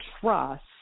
trust